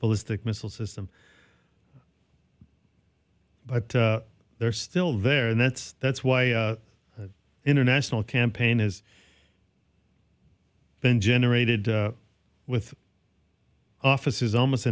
ballistic missile system but they're still there and that's that's why the international campaign has been generated with offices almost